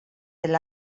del